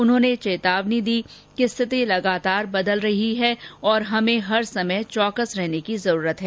उन्होंने चेतावनी दी कि स्थिति निरंतर बदल रही है और हमें हर समय चौकस रहने की जरूरत है